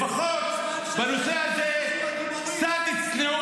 בזמן שהחיילים הדרוזים הגיבורים נלחמים -- לפחות בנושא הזה קצת צניעות.